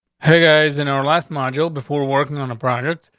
hey, guys, in our last module, before working on a project,